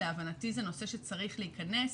להבנתי זה נושא שצריך להכנס